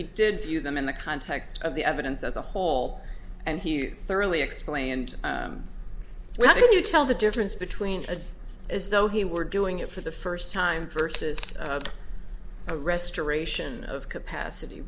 he did view them in the context of the evidence as a whole and he thoroughly explained how do you tell the difference between a as though he were doing it for the first time for a restoration of capacity